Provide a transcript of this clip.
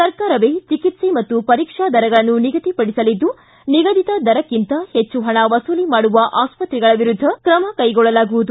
ಸರ್ಕಾರವೇ ಚಿಕಿತ್ಸೆ ಮತ್ತು ಪರೀಕ್ಷಾ ದರಗಳನ್ನು ನಿಗದಿಪಡಿಸಲಿದ್ದು ನಿಗದಿತ ದರಕ್ಕಿಂತ ಹೆಚ್ಚು ಹಣ ವಸೂಲಿ ಮಾಡುವ ಆಸ್ಪತ್ರೆಗಳ ವಿರುದ್ದ ಕ್ರಮ ಕೈಗೊಳ್ಳಲಾಗುವುದು